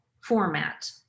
format